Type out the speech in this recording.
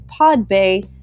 Podbay